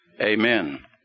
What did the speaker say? Amen